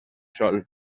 sol